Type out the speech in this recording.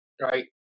right